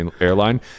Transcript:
airline